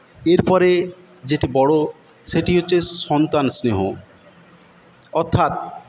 এরপরে যেটি বড়ো সেটি হচ্ছে সন্তান স্নেহ অর্থাৎ